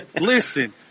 Listen